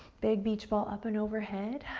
big beach ball up and overhead.